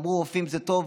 אמרו רופאים שזה טוב,